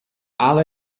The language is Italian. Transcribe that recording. ala